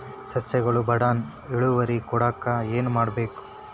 ಸಸ್ಯಗಳು ಬಡಾನ್ ಇಳುವರಿ ಕೊಡಾಕ್ ಏನು ಮಾಡ್ಬೇಕ್?